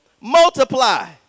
Multiply